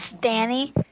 Danny